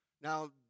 Now